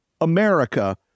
America